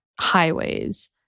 highways